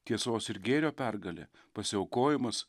tiesos ir gėrio pergalė pasiaukojimas